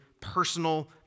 personal